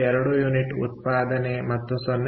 2 unit ಉತ್ಪಾದನೆ ಮತ್ತು 0